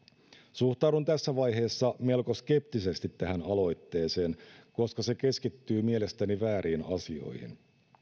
suhtaudun tässä vaiheessa melko skeptisesti tähän aloitteeseen koska se keskittyy mielestäni vääriin asioihin